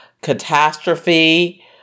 catastrophe